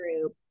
group